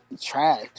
trash